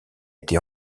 été